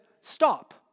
stop